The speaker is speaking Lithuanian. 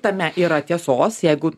tame yra tiesos jeigu